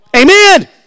Amen